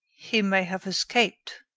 he may have escaped.